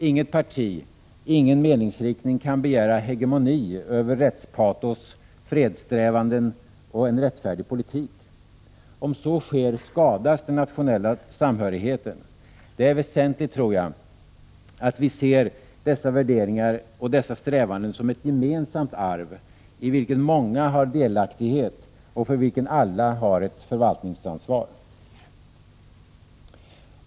Inget parti, ingen meningsriktning kan begära hegemoni över rättspatos, fredssträvan och en rättfärdig politik. Om så sker, skadas den nationella samhörigheten. Det är väsentligt, tror jag, att vi ser dessa värderingar och dessa strävanden som ett gemensamt arv, i vilket många har delaktighet och för vilket alla har ett förvaltaransvar.